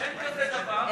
אין כזה דבר.